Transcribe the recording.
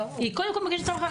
היא קודם כל מגישה בקשה לצו הגנה,